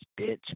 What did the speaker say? bitch